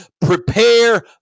Prepare